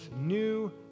new